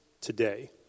today